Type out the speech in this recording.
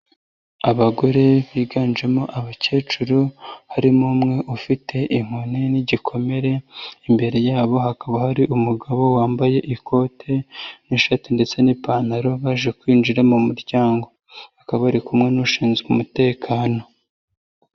Abagore biganjemo abakecuru harimo umwe ufite inkoni n'igikomere, imbere yabo hakaba hari umugabo wambaye ikote n'ishati ndetse n'ipantaro baje kwinjira mu muryango. Bakaba bari kumwe n'ushinzwe umutekano.